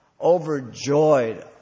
overjoyed